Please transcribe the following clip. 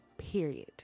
period